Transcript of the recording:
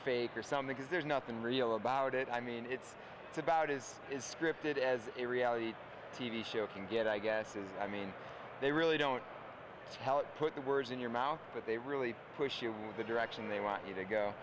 or something cause there's nothing real about it i mean it's about is is scripted as a reality t v show can get i guess is i mean they really don't put the words in your mouth but they really push your with the direction they want you to go